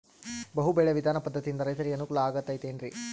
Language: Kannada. ಬಹು ಬೆಳೆ ವಿಧಾನ ಪದ್ಧತಿಯಿಂದ ರೈತರಿಗೆ ಅನುಕೂಲ ಆಗತೈತೇನ್ರಿ?